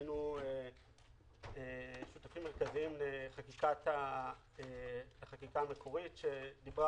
היינו שותפים מרכזיים לחקיקה המקורית שדיברה